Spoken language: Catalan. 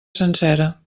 sencera